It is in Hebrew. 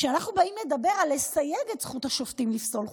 כשאנחנו באים לדבר על לסייג את זכות השופטים לפסול חוקים,